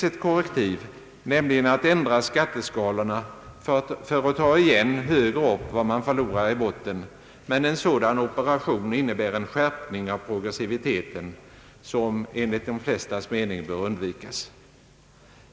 Ett korrektiv finns, nämligen att ändra skatteskalorna för att högre upp ta igen vad man förlorar i botten, men en sådan operation innebär en skärpning av progressiviteten som enligt de flestas mening bör undvikas.